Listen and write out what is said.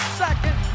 second